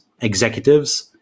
executives